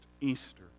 Easter